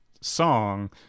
song